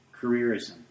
careerism